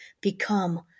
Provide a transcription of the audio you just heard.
become